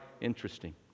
interesting